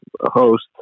host